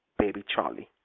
baby charley.